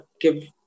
give